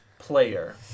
Player